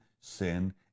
sin